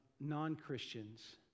non-Christians